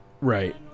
Right